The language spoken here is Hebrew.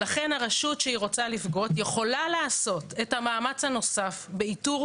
לכן הרשות שרוצה לגבות יכולה לעשות את המאמץ הנוסף באיתור,